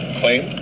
claim